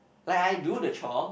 like I do the chore